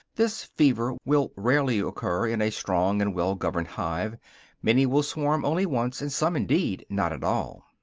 this fever will rarely occur in a strong and well-governed hive many will swarm only once, and some, indeed, not at all.